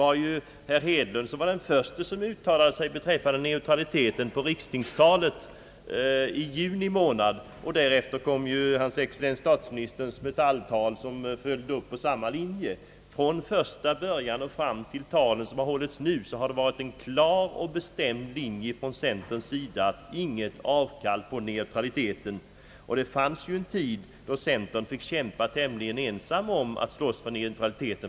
Herr Hedlund var den förste som uttalade sig beträffande neutraliteten i sitt tal vid rikstinget i juni månad 1961, och därefter följde hans excellens herr statsministern upp på samma linje i sitt Metall-tal. Från första början och fram till de tal som nu hållits har det varit en klar och bestämd linje från centerns sida att inte göra något avkall på neutraliteten. Det fanns ju en tid för några år sedan, då centern fick kämpa tämligen ensam då det gällde att slåss för neutraliteten.